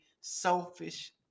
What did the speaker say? selfish